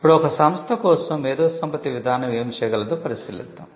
ఇప్పుడు ఒక సంస్థ కోసం మేధోసంపత్తి విధానం ఏమి చేయగలదో పరిశీలిద్దాం